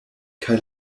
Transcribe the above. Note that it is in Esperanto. kaj